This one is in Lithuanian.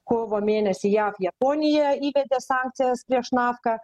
kovo mėnesį jav japonija įvedė sankcijas prieš nafką